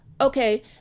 Okay